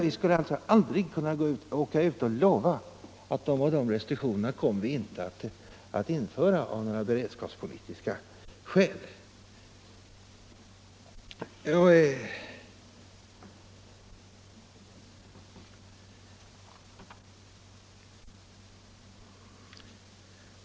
Vi skulle alltså aldrig kunna åka ut och lova att de och de restriktionerna kommer vi inte att införa av några beredskapspolitiska skäl.